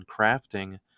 crafting